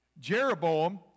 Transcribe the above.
Jeroboam